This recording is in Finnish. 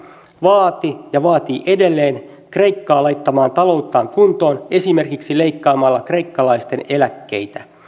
vaati ja vaatii edelleen kreikkaa laittamaan talouttaan kuntoon esimerkiksi leikkaamalla kreikkalaisten eläkkeitä